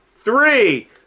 Three